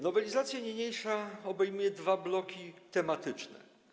Nowelizacja niniejsza obejmuje dwa bloki tematyczne.